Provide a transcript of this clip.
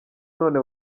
none